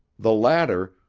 the latter,